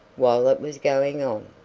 while it was going on.